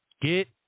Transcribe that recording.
Get